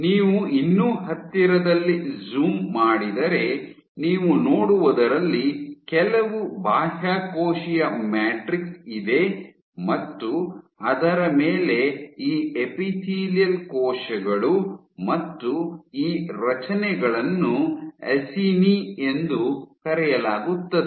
ನೀವು ಇನ್ನೂ ಹತ್ತಿರದಲ್ಲಿ ಝುಮ್ ಮಾಡಿದರೆ ನೀವು ನೋಡುವುದರಲ್ಲಿ ಕೆಲವು ಬಾಹ್ಯಕೋಶೀಯ ಮ್ಯಾಟ್ರಿಕ್ಸ್ ಇದೆ ಮತ್ತು ಅದರ ಮೇಲೆ ಈ ಎಪಿತೀಲಿಯಲ್ ಕೋಶಗಳು ಮತ್ತು ಈ ರಚನೆಗಳನ್ನು ಅಸಿನಿ ಎಂದು ಕರೆಯಲಾಗುತ್ತದೆ